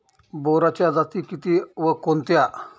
बोराच्या जाती किती व कोणत्या?